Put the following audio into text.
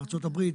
בארה"ב,